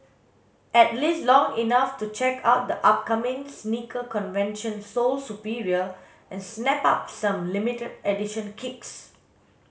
at least long enough to check out the upcoming sneaker convention Sole Superior and snap up some limited edition kicks